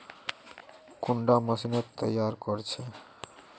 कुंडा मशीनोत तैयार कोर छै?